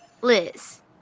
Liz